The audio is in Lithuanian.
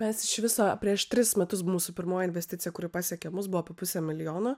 mes iš viso prieš tris metus buvo mūsų pirmoji investicija kuri pasiekė mus buvo apie pusę milijono